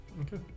Okay